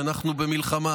כשאנחנו במלחמה,